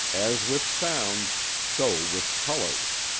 as with sounds, so with colors.